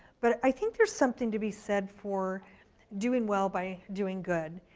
but i think there's something to be said for doing well, by doing good.